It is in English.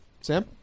Sam